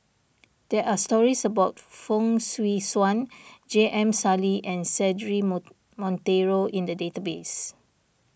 there are stories about Fong Swee Suan J M Sali and Cedric Monteiro in the database